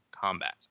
combat